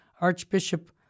Archbishop